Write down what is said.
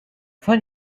sun